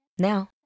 Now